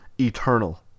eternal